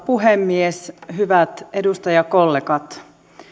puhemies hyvät edustajakollegat